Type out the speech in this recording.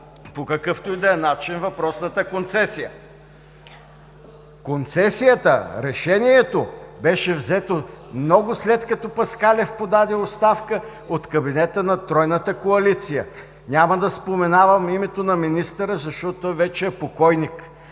по какъвто и да е начин въпросната концесия. Решението за концесията беше взето много след като Паскалев подаде оставка от кабинета на тройната коалиция. Няма да споменавам името на министъра, защото той вече е покойник.